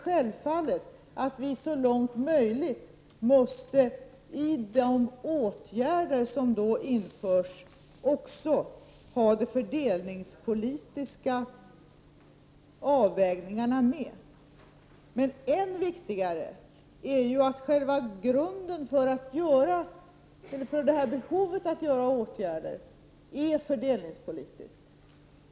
Självfallet måste vi, så långt möjligt, göra fördelningspolitiska avvägningar då vi vidtar åtgärder. Men än viktigare är att själva grunden för behovet av åtgärder är fördelningspolitisk.